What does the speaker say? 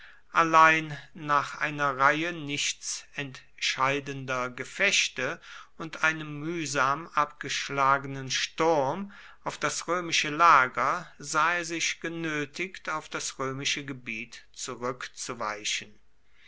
allein nach einer reihe nichts entscheidender gefechte und einem mühsam abgeschlagenen sturm auf das römische lager sah er sich genötigt auf das römische gebiet zurückzuweichen